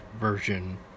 version